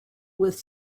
with